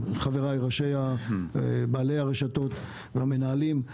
חבריי בעלי הרשתות והמנהלים,